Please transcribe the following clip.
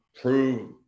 prove